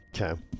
Okay